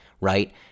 right